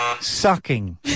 Sucking